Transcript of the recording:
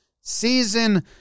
season